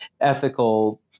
ethical